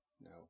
No